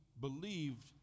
believed